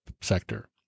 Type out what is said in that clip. sector